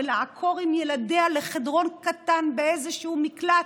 ולעקור עם ילדיה לחדרון קטן באיזשהו מקלט,